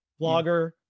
Blogger